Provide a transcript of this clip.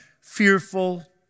fearful